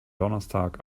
donnerstag